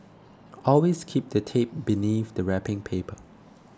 always keep the tape beneath the wrapping paper